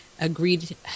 agreed